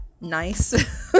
nice